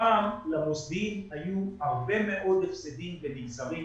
הפעם למוסדיים היו הרבה מאוד הפסדים בחוץ לארץ.